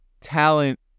talent